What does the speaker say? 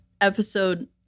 Episode